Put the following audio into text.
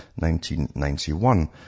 1991